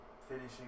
finishing